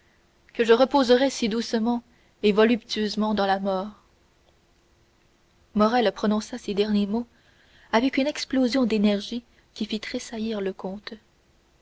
que je reposerai doucement et voluptueusement dans la mort morrel prononça ces derniers mots avec une explosion d'énergie qui fit tressaillir le comte